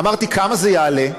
אמרתי: כמה זה יעלה?